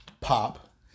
Pop